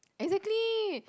exactly